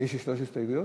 יש שלוש הסתייגויות?